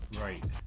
Right